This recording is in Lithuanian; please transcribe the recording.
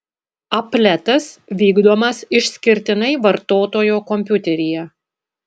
apletas vykdomas išskirtinai vartotojo kompiuteryje